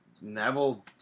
Neville